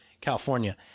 California